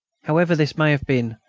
however this may have been,